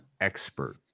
expert